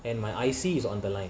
and my I_C is on the line